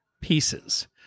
pieces